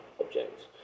objects